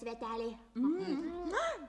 sveteliai nu